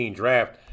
draft